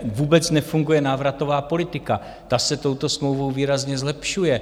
Vůbec nefunguje návratová politika, ta se touto smlouvou výrazně zlepšuje.